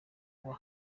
kuba